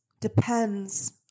depends